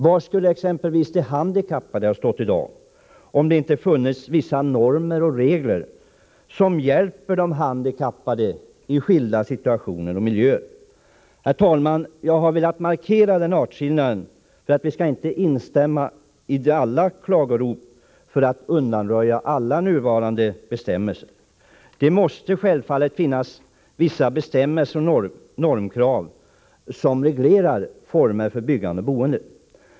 Var skulle exempelvis de handikappade i dag ha stått, om det inte hade funnits vissa normer och regler som hjälper de handikappade i skilda situationer och miljöer? Herr talman! Jag har velat markera den artskillnaden. Vi skall inte instämma i alla klagorop om att undanröja alla nuvarande bestämmelser. Det måste självfallet finnas vissa tillämpningsbestämmelser och normkrav som reglerar formerna för byggande och boende.